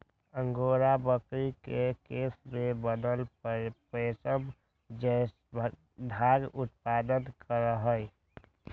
angora बकरी के केश से बनल रेशम जैसन धागा उत्पादन करहइ